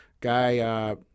guy